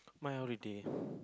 my holiday